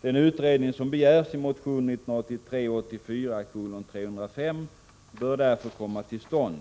Den utredning som begärs i motion 1983/84:305 bör därför komma till stånd.